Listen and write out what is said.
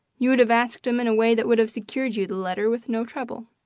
you would have asked him in a way that would have secured you the letter with no trouble.